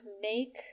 make